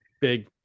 big